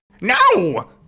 No